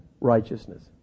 righteousness